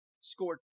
Scored